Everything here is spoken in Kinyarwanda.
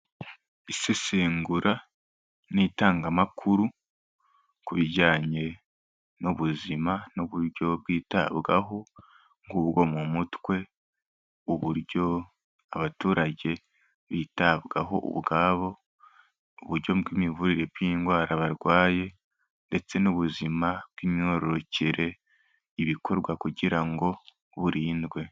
Isesengura n'itangamakuru ku bijyanye n'ubuzima n'uburyo bwitabwaho, nk'ubwo mu mutwe, uburyo abaturage bitabwaho ubwabo, uburyo bw'imivurire bw'indwara barwaye ndetse n'ubuzima bw'imyororokere, ibikorwa kugira ngo burindwe.